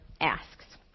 asks